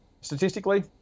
statistically